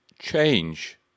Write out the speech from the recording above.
change